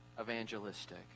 evangelistic